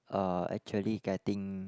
uh actually getting